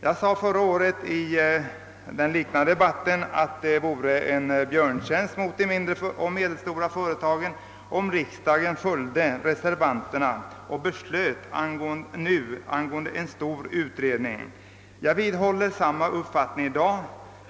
Jag sade förra året i en liknande debatt som denna att det vore en björntjänst mot de mindre och medelstora företagen, om riksdagen följde reser Vvanterna och beslöt att begära en stor utredning. Jag vidhåller denna uppfattning i dag.